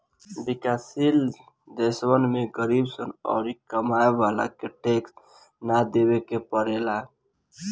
विकाश शील देशवन में गरीब सन अउरी कमाए वालन के टैक्स ना देवे के पड़ेला